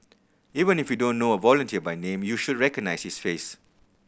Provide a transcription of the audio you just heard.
even if you don't know a volunteer by name you should recognise his face